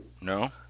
no